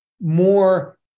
more